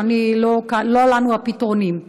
ולא לנו הפתרונים.